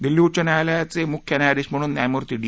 दिल्ली उच्च न्यायालयाचे मुख्य न्यायाधीश म्हणून न्यायमूर्ती डी